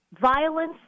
violence